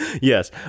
Yes